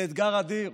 זה אתגר אדיר.